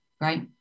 Right